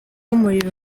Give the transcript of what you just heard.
umurimo